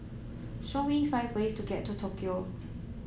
show me five ways to get to Tokyo